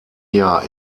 jahr